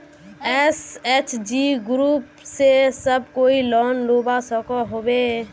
SHG group से सब कोई लोन लुबा सकोहो होबे?